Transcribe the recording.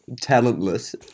talentless